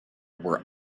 were